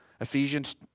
Ephesians